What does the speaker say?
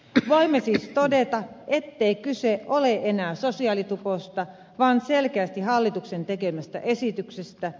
voimme siis todeta ettei kyse ole enää sosiaalituposta vaan selkeästi hallituksen tekemästä esityksestä